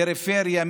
פריפריה,